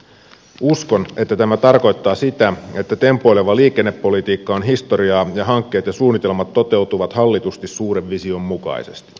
uskon että tämä tarkoittaa sitä että tempoileva liikennepolitiikka on historiaa ja hankkeet ja suunnitelmat toteutuvat hallitusti suuren vision mukaisesti